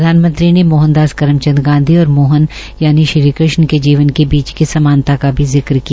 प्रधानमंत्री ने मोहनदास कर्मचंद गांधी और मोहन यानी श्री कश्ण के जीवन के बीच की समानता का भी जिक किया